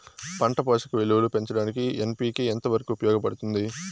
పంట పోషక విలువలు పెంచడానికి ఎన్.పి.కె ఎంత వరకు ఉపయోగపడుతుంది